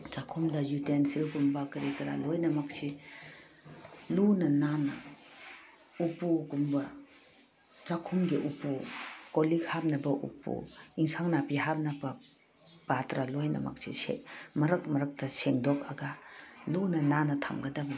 ꯆꯥꯛꯈꯨꯝꯗ ꯎꯇꯦꯟꯁꯤꯜꯒꯨꯝꯕ ꯀꯔꯤ ꯀꯔꯥ ꯂꯣꯏꯅꯃꯛꯁꯤ ꯂꯨꯅ ꯅꯥꯟꯅ ꯎꯄꯨꯒꯨꯝꯕ ꯆꯥꯛꯈꯨꯝꯒꯤ ꯎꯄꯨ ꯀꯣꯜ ꯂꯤꯛ ꯍꯥꯞꯅꯕ ꯎꯄꯨ ꯏꯟꯁꯥꯡ ꯅꯥꯄꯤ ꯍꯥꯞꯅꯕ ꯄꯥꯇ꯭ꯔ ꯂꯣꯏꯅꯃꯛꯁꯦ ꯃꯔꯛ ꯃꯔꯛꯇ ꯁꯦꯡꯗꯣꯛꯂꯒ ꯂꯨꯅ ꯅꯥꯟꯅ ꯊꯝꯒꯗꯕꯅꯤ